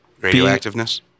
radioactiveness